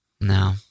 No